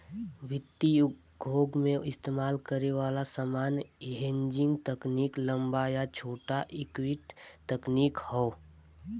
वित्तीय उद्योग में इस्तेमाल करे वाला सामान्य हेजिंग तकनीक लंबा या छोटा इक्विटी तकनीक हौ